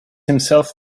himself